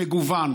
מגוון.